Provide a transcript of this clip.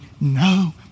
no